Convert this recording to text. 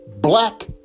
black